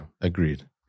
agreed